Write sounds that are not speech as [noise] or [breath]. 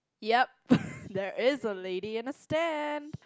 yup [breath] there is a lady in a stand